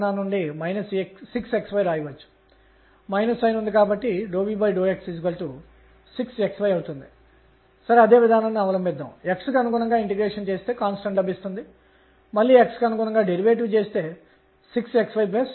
ఇది ఒక కక్ష్య 3 సంఖ్యలను కలిగి ఉండే విధంగా ఇస్తుంది దీనిని n అని వ్రాయగలం ఇది అదే nrn|n| k ఇది మొత్తం కోణీయ ద్రవ్యవేగం మరియు n n≤kను ఇస్తుంది